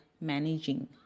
managing